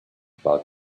about